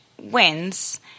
wins